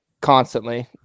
constantly